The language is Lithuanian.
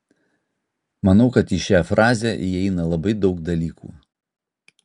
manau kad į šią frazę įeina labai daug dalykų